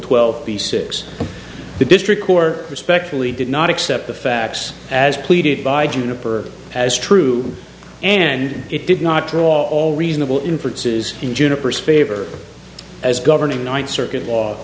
twelve b six the district court respectfully did not accept the facts as pleaded by juniper as true and it did not draw all reasonable inferences in juniper's favor as governing ninth circuit law